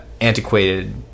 antiquated